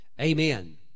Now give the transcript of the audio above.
amen